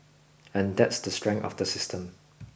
and that's the strength of the system